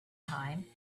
time